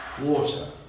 water